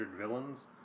villains